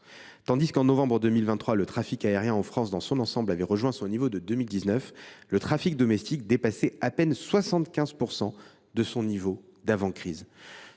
Tandis qu’en novembre 2023, le trafic aérien, en France, dans son ensemble, avait rejoint son niveau de 2019, le trafic domestique dépassait à peine 75 % de son niveau d’avant la crise.